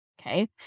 Okay